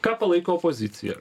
ką palaiko opozicija